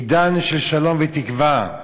עידן של שלום ותקווה.